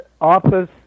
office